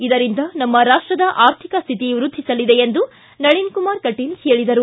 ಇದರಿಂದ ನಮ್ಮ ರಾಷ್ಟದ ಆರ್ಥಿಕ ಸ್ಹಿತಿ ವ್ಯದ್ದಿಸಲಿದೆ ಎಂದು ನಳಿನ್ಕುಮಾರ್ ಕಟೀಲ್ ಹೇಳಿದರು